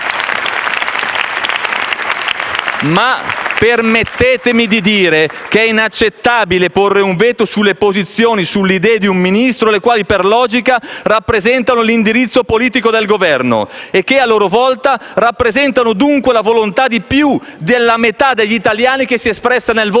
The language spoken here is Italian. Ma permettetemi di dire che è inaccettabile porre un veto sulle posizioni e sulle idee di un Ministro, le quali, per logica, rappresentano l'indirizzo politico del Governo e che, a loro volta, rappresentano dunque la volontà di più della metà degli italiani che si è espressa nel voto